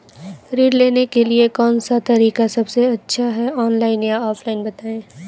ऋण लेने के लिए कौन सा तरीका सबसे अच्छा है ऑनलाइन या ऑफलाइन बताएँ?